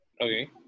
Okay